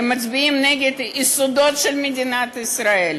הם מצביעים נגד היסודות של מדינת ישראל.